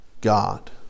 God